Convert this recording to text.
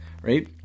Right